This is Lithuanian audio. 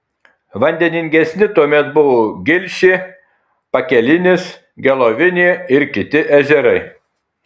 vandeningesni tuomet buvo gilšė pakelinis gelovinė ir kiti ežerai